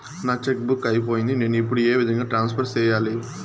నా cheque book అయిపోయింది నేను ఇప్పుడు ఏ విధంగా ట్రాన్స్ఫర్ సేయాలి?